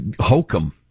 hokum